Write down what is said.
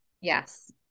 Yes